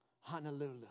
Honolulu